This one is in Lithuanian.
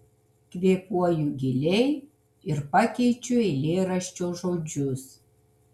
kvėpuoju giliai ir pakeičiu eilėraščio žodžius